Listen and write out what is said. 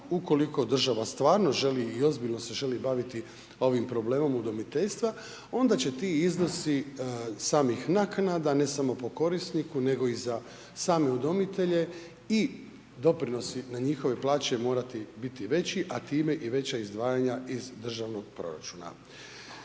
ukoliko država stvarno želi i ozbiljno se želi baviti ovim problemom udomiteljstva onda će ti iznosi samih naknada, ne samo po korisniku nego i za same udomitelje i doprinosi na njihove plaće morati biti veći a time i veća izdvajanja iz državnog proračuna.